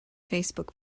facebook